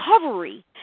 recovery